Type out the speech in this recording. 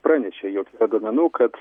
pranešė jog duomenų kad